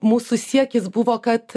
mūsų siekis buvo kad